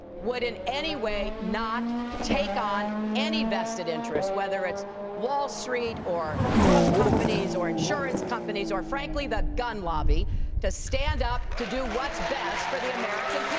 would in anyway not take on any vested interested, whether it's wall street, or drug companies, or insurance companies, or frankly, the gun lobby to stand up to do what's best for the american